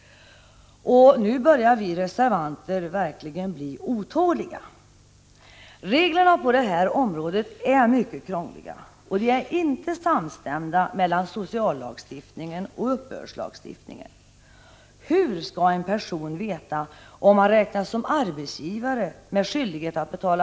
Därför börjar vi reservanter verkligen bli otåliga. Reglerna på det här området är mycket krångliga, och sociallagstiftningens bestämmelser är inte samstämda med uppbördslagstiftningens. Hur skall en person veta om han räknas som arbetsgivare med skyldighet att betala = Prot.